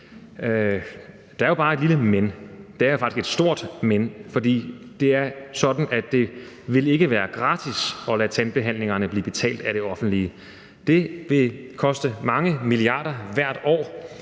Der er jo bare et lille men, eller der er faktisk et stort men, for det er sådan, at det ikke vil være gratis at lade tandbehandlingerne blive betalt af det offentlige. Det vil koste mange milliarder hvert år,